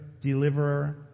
deliverer